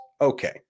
okay